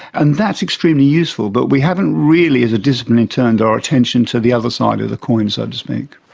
and that's extremely useful, but we haven't really as a discipline and turned our attention to the other side of the coin, so to speak.